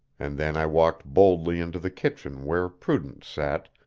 and then i walked boldly into the kitchen where prudence sat,